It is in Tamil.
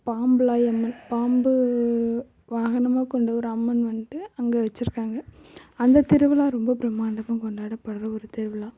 பாம்பலாயி அம்மன் பாம்பு வாகனமாக கொண்ட ஒரு அம்மன் வந்துட்டு அங்கே வெச்சுருக்காங்க அந்த திருவிழா ரொம்ப பிரமாண்டமாக கொண்டாடப்படுற ஒரு திருவிழா